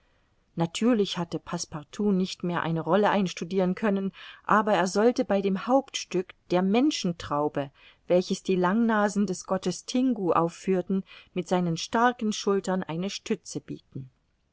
natürlich hatte passepartout nicht mehr eine rolle einstudiren können aber er sollte bei dem hauptstück der menschentraube welches die langnasen des gottes tingu aufführten mit seinen starken schultern eine stütze bieten